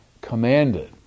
commanded